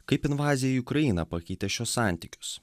kaip invazija į ukrainą pakeitė šiuos santykius